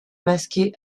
masqué